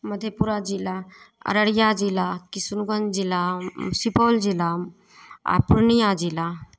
मधेपुरा जिला अररिया जिला किशुनगञ्ज जिला सुपौल जिला आओर पूर्णिया जिला